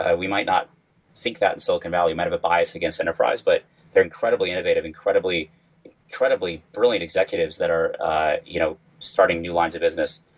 ah we might not think that silicon valley might have a bias against enterprise, but they're incredibly innovative, incredibly incredibly brilliant executives that are ah you know starting new lines of business.